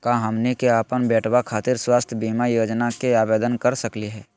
का हमनी के अपन बेटवा खातिर स्वास्थ्य बीमा योजना के आवेदन करे सकली हे?